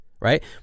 right